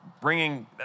bringing